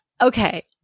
Okay